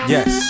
Yes